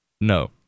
No